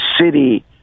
city